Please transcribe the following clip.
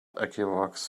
equinox